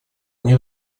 они